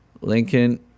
Lincoln